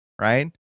right